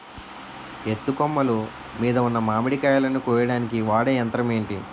ఎత్తు కొమ్మలు మీద ఉన్న మామిడికాయలును కోయడానికి వాడే యంత్రం ఎంటి?